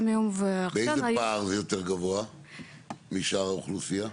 באיזה פער יותר גבוה משאר האוכלוסייה?